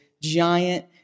giant